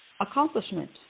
accomplishment